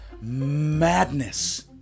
madness